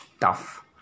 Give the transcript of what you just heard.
tough